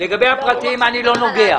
לגבי הפרטיים, אני לא נוגע.